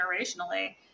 generationally